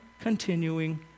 continuing